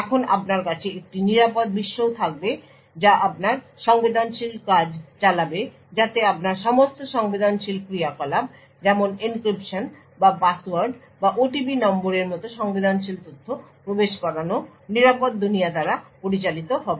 এখন আপনার কাছে একটি নিরাপদ বিশ্বও থাকবে যা আপনার সংবেদনশীল কাজ চালাবে যাতে আপনার সমস্ত সংবেদনশীল ক্রিয়াকলাপ যেমন এনক্রিপশন বা পাসওয়ার্ড বা ওটিপি নম্বরের মতো সংবেদনশীল তথ্য প্রবেশ করানো নিরাপদ দুনিয়া দ্বারা পরিচালিত হবে